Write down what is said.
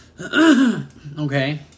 Okay